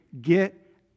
Get